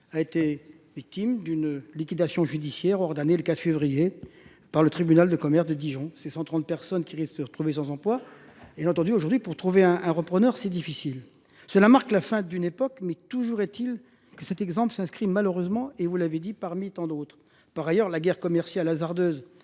a été victime d'une liquidation judiciaire ordonnée le 4 février. par le tribunal de commerce de Dijon. C'est 130 personnes qui risquent de se retrouver sans emploi. Et j'ai entendu aujourd'hui que pour trouver un repreneur c'est difficile. Cela marque la fin d'une époque mais toujours est-il que cet exemple s'inscrit malheureusement et vous l'avez dit parmi tant d'autres. Par ailleurs la guerre commerciale hasardeuse